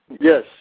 Yes